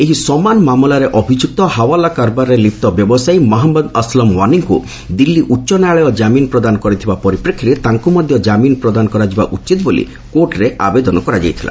ଏହି ସମାନ ମାମଲାରେ ଅଭିଯୁକ୍ତ ହାୱାଲା କାରବାରରେ ଲିପ୍ତ ବ୍ୟବସାୟୀ ମହମ୍ମଦ ଅସଲମ୍ ଓ୍ୱାନିଙ୍କୁ ଦିଲ୍ଲୀ ଉଚ୍ଚ ନ୍ୟାୟାଳୟ କାମିନ୍ ପ୍ରଦାନ କରିଥିବା ପରିପ୍ରେକ୍ଷୀରେ ତାଙ୍କୁ ମଧ୍ୟ କାମିନ୍ ପ୍ରଦାନ କରାଯିବା ଉଚିତ୍ ବୋଲି କୋର୍ଟରେ ଆବେଦନ କରାଯାଇଥିଲା